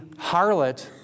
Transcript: harlot